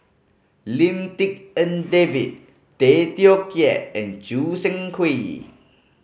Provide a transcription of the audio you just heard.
Lim Tik En David Tay Teow Kiat and Choo Seng Quee